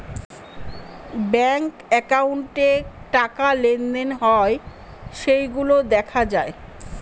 bank একাউন্টে টাকা লেনদেন হয় সেইগুলা দেখা যায়